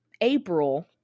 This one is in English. April